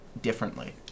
differently